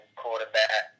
quarterback